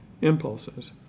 impulses